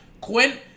Quinn